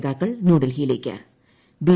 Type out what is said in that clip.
നേതാക്കൾ ന്യൂഡൽഹിയില്ലേക്ക് ബി